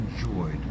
enjoyed